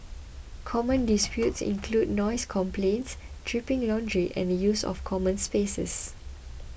common disputes include noise complaints dripping laundry and the use of common spaces